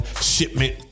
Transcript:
shipment